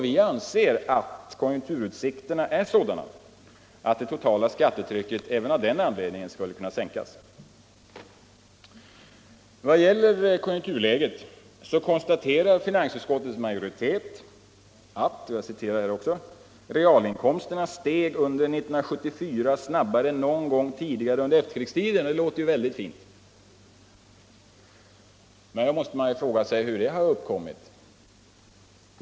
Vi anser att kon junkturutsikterna är sådana att det totala skattetrycket även av den anledningen skulle kunna sänkas. Vad beträffar konjunkturläget konstaterar finansutskottets majoritet att ”realinkomsterna steg under 1974 snabbare än någon gång tidigare under efterkrigstiden”. Det låter ju väldigt fint. Men då måste man fråga sig hur detta har åstadkommits.